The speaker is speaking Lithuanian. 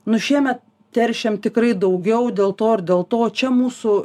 nu šiemet teršiam tikrai daugiau dėl to ir dėl to čia mūsų